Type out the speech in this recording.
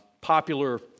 popular